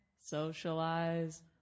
socialize